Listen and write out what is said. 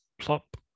Plop